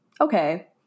okay